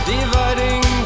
Dividing